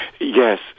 Yes